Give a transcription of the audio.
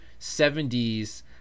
70s